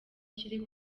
kiri